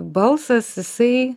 balsas jisai